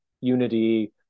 unity